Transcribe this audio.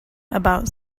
about